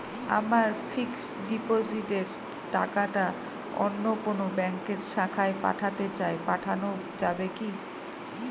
আমার ফিক্সট ডিপোজিটের টাকাটা অন্য কোন ব্যঙ্কের শাখায় পাঠাতে চাই পাঠানো যাবে কি?